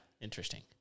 Interesting